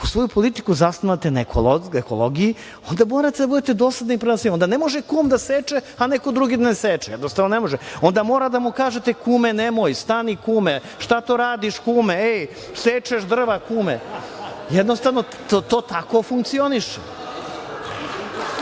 svoju politiku zasnivate na ekologiji, onda morate da budete dosledni prema svima, onda ne može kum da seče a neko drugi da ne seče, jednostavno, onda morate da mu kažete kume, nemoj, stani kume, šta to radiš kume, ej, sečeš drva kume i to tako funkcioniše